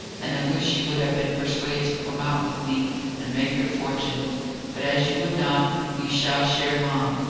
and i wish you would have been persuaded to come out with me and make your fortune but as you would not, you shall share mine.